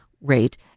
rate